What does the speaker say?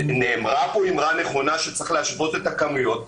נאמרה פה אמרה נכונה, שצריך להשוות את המספרים.